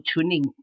tuning